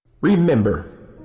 Remember